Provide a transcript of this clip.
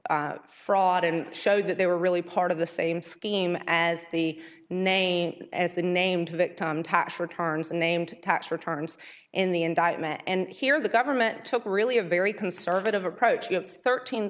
disha fraud and show that they were really part of the same scheme as the name as the name victim tax returns and named tax returns in the indictment and here the government took really a very conservative approach